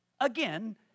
Again